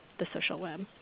the social web.